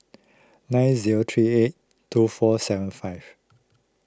nine zero three eight two four seven five